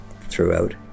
throughout